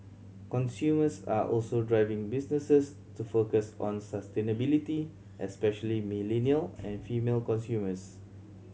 consumers are also driving businesses to focus on sustainability especially millennial and female consumers